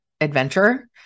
adventure